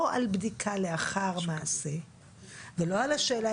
לא על בדיקה לאחר מעשה ולא על השאלה